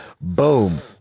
boom